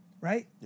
right